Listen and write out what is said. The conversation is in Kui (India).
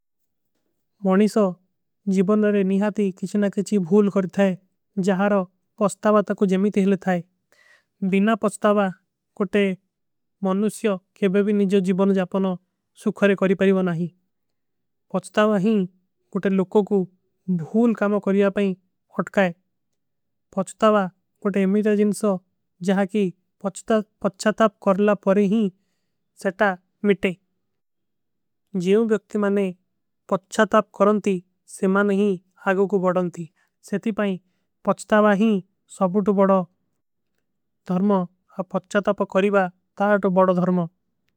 ମନୀ ସୋ ଜୀଵନ ନରେ ନିହାଥୀ କିଛୀ ନା କିଛୀ ଭୂଲ କରତା ହୈ। ଜହାରୋ ପସ୍ତାଵାତା କୋ ଜମୀତ ହେଲ ଥାଈ ଦିନା ପସ୍ତାଵା କୋଟେ। ମନୁଷ୍ଯୋଂ କେ ବେବୀ ନିଜୋ ଜୀଵନ ଜାପନୋଂ ସୁଖରେ କରୀ ପରୀବନ। ଆହୀ ପସ୍ତାଵା ହୀ କୋଟେ ଲୋଗୋଂ କୋ ଭୂଲ କାମା କରିଯା ପାଈଂ। ଅଟକାଈ ପସ୍ତାଵା କୋଟେ ଯମୀଦା ଜିନସୋଂ ଜହାଂକୀ ପଚ୍ଚାତାପ। କରଲା ପରେ ହୀ ସେଟା ମିଟେ ଜୀଵନ ଵ୍ଯକ୍ତି। ମନେ ପଚ୍ଚାତାପ କରନତୀ ସେମାନ ହୀ ଆଗୋ କୋ ବଡନତୀ ସେଟୀ। ପାଈଂ ପଚ୍ଚାତାପ କରୀବା ତାଯା ତୋ ବଡୋ ଧର୍ମ।